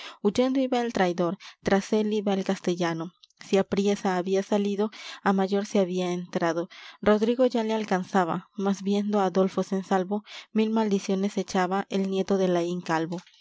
huyendo iba el traidor tras él iba el castellano si apriesa había salido á mayor se había entrado rodrigo ya le alcanzaba mas viendo á dolfos en salvo mil maldiciones se echaba el nieto de laín calvo